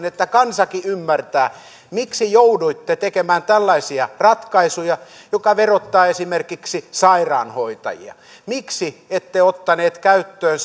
että kansakin ymmärtää miksi jouduitte tekemään tällaisia ratkaisuja jotka verottavat esimerkiksi sairaanhoitajia miksi ette ottaneet käyttöön